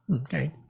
okay